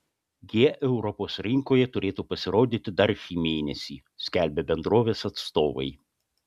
jie europos rinkoje turėtų pasirodyti dar šį mėnesį skelbia bendrovės atstovai